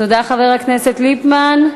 תודה, חבר הכנסת ליפמן.